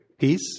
Peace